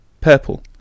purple